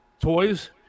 toys